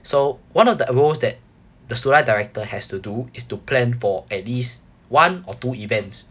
so one of the roles that the student life director has to do is to plan for at least one or two events